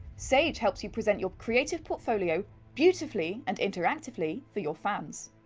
sage helps you present your creative portfolio beautifully and interactively for your fans.